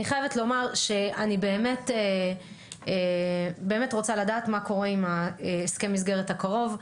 אני חייבת לומר שאני באמת רוצה לדעת מה קורה עם הסכם המסגרת הקרוב,